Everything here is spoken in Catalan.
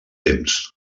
temps